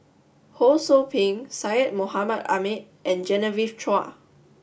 Ho Sou Ping Syed Mohamed Ahmed and Genevieve Chua